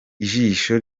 ijisho